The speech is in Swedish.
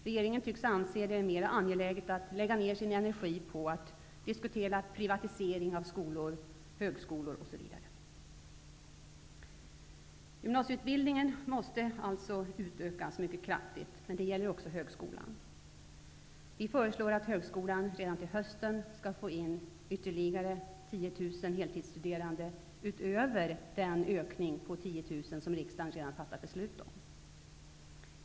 Regeringen tycks anse det mer angeläget att lägga ned sin energi på att diskutera privatisering av skolor, högskolor, osv. Gymnasieutbildningen måste alltså utökas mycket kraftigt, och det gäller också högskolan. Vi föreslår att högskolan redan till hösten skall få ta in ytterligare 10 000 heltidsstuderande utöver den ökning på 10 000 som riksdagen redan har fattat beslut om.